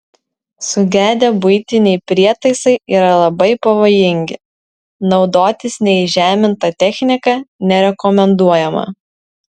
sugedę buitiniai prietaisai yra labai pavojingi naudotis neįžeminta technika nerekomenduojama